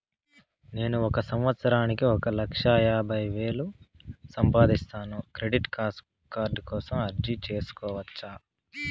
నేను ఒక సంవత్సరానికి ఒక లక్ష యాభై వేలు సంపాదిస్తాను, క్రెడిట్ కార్డు కోసం అర్జీ సేసుకోవచ్చా?